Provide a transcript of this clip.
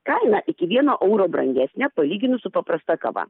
kaina iki vieno euro brangesnė palyginus su paprasta kava